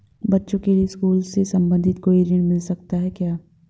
बच्चों के लिए स्कूल से संबंधित कोई ऋण मिलता है क्या?